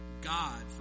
God